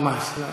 ממש לא.